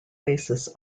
basis